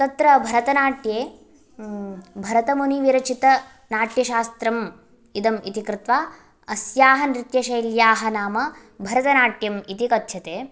तत्र भरतनाट्ये भरतमुनिविरचितनाट्यशास्त्रम् इदम् इति कृत्वा अस्याः नृत्यशैल्याः नाम भरतनाट्यम् इति कथ्यते